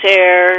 air